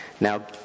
Now